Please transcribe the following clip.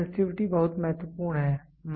फिर सेंसटिविटी बहुत महत्वपूर्ण है